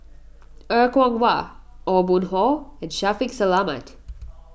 Er Kwong Wah Aw Boon Haw and Shaffiq Selamat